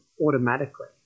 automatically